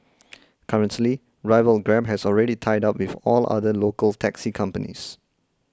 currently rival Grab has already tied up with all other local taxi companies